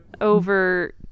over